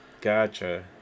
Gotcha